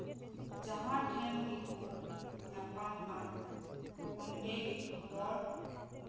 ᱱᱛᱟᱨ ᱫᱚ ᱡᱟᱸᱦᱟ ᱴᱷᱮᱱ ᱜᱮᱠᱚ ᱧᱟᱯᱟᱢ ᱠᱟᱱ ᱚᱱᱰᱮ ᱜᱮᱠᱚ ᱨᱚᱲ